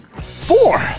Four